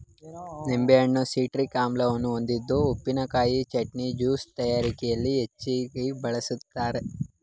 ನಿಂಬೆಹಣ್ಣು ಸಿಟ್ರಿಕ್ ಆಮ್ಲವನ್ನು ಹೊಂದಿದ್ದು ಉಪ್ಪಿನಕಾಯಿ, ಚಟ್ನಿ, ಜ್ಯೂಸ್ ತಯಾರಿಕೆಯಲ್ಲಿ ಹೆಚ್ಚಾಗಿ ಬಳ್ಸತ್ತರೆ